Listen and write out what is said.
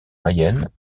mayenne